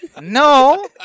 No